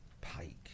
Pike